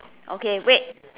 okay wait